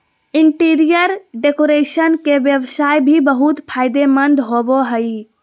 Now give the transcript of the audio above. interior decoration के व्यवसाय भी बहुत फायदेमंद होबो हइ